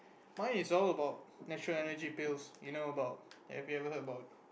mine is all about natural Energy Pills you know about have you ever heard about